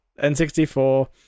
N64